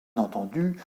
entendu